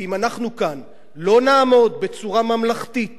ואם אנחנו כאן לא נעמוד בצורה ממלכתית